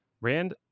Rand